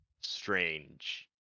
strange